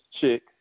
chick